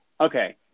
Okay